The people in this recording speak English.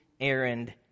errand